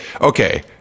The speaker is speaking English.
okay